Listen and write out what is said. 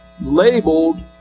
labeled